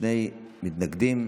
שני מתנגדים.